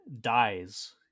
dies